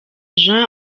jean